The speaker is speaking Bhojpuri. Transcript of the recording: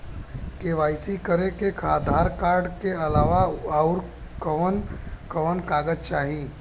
के.वाइ.सी करे खातिर आधार कार्ड के अलावा आउरकवन कवन कागज चाहीं?